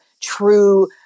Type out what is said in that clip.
true